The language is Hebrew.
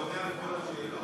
הוא עונה על כל השאלות?